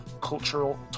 cultural